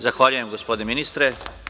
Zahvaljujem, gospodine ministre.